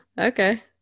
Okay